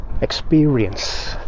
experience